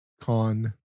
con